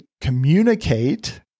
communicate